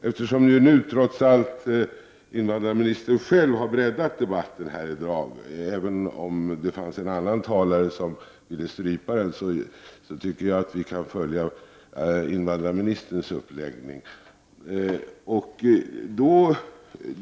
Eftersom nu trots allt invandrarministern själv har breddat debatten i dag, även om det fanns en annan talare som ville strypa den, tycker jag att vi kan följa invandrarministerns uppläggning.